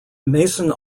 mason